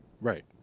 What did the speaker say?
Right